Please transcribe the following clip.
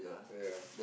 ya